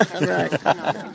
right